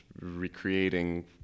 recreating